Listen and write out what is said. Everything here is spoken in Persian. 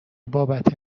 بابت